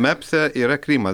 mepse yra kryma